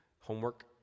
homework